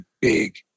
big